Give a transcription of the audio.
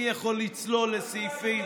מי יכול לצלול לסעיפים?